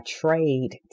trade